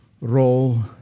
role